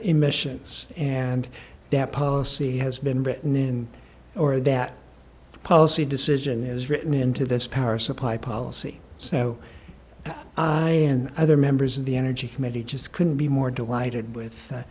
emissions and that policy has been written in or that policy decision is written into this power supply policy so i and other members of the energy committee just couldn't be more delighted with